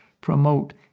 promote